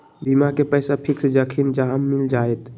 बीमा के पैसा फिक्स जखनि चाहम मिल जाएत?